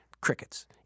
crickets